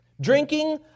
Drinking